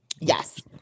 Yes